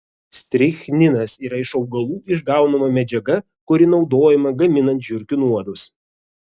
strichninas yra iš augalų išgaunama medžiaga kuri naudojama gaminant žiurkių nuodus